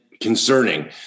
concerning